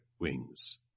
wings